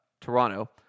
Toronto